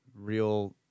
real